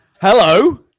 Hello